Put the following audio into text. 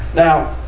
now,